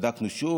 בדקנו שוב.